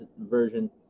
Version